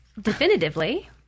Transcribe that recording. definitively